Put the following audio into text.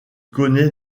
connait